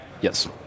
Yes